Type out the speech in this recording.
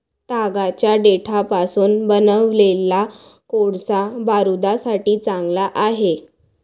तागाच्या देठापासून बनवलेला कोळसा बारूदासाठी चांगला आहे